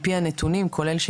אז